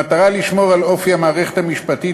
במטרה לשמור על אופי המערכת המשפטית,